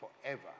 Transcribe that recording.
forever